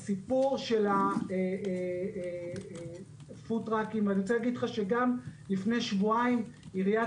הסיפור של הפוד-טראקים אני רוצה להגיד לך שגם לפני שבועיים עיריית